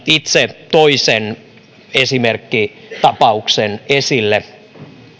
itse toisen esimerkkitapauksen esille